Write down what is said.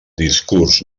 discurs